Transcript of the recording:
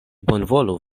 bonvolu